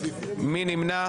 מי נמנע?